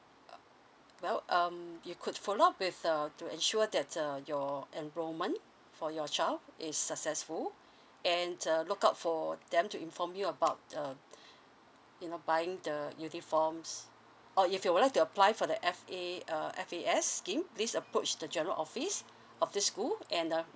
uh well um you could follow up with err to ensure that err your enrolment for your child is successful and uh look out for them to inform you about err you know buying the uniforms or if you would like to apply for the F A uh F_A_S scheme please approach the general office of this school and uh